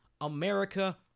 America